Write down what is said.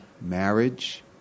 marriage